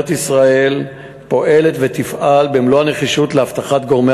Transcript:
ישראל פועלת ותפעל במלוא הנחישות לאבטחת גורמי